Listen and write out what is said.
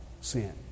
sin